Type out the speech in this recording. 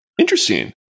interesting